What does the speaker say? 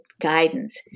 guidance